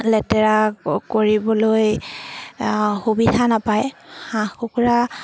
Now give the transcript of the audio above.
লেতেৰা কৰিবলৈ সুবিধা নাপায় হাঁহ কুকুৰা